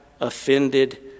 offended